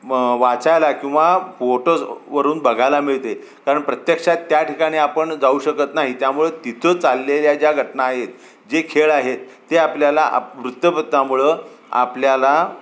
वाचायला किंवा फोटोजवरून बघायला मिळते कारण प्रत्यक्षात त्या ठिकाणी आपण जाऊ शकत नाही त्यामुळे तिथं चाललेल्या ज्या घटना आहेत जे खेळ आहेत ते आपल्याला आप वृतपत्रामुळं आपल्याला